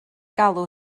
galw